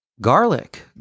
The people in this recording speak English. Garlic